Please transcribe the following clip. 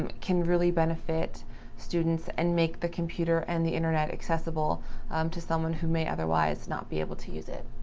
um can really benefit students and make the computer and the internet accessible um to someone who may otherwise not be able to use it.